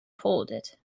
folded